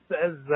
says